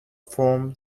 form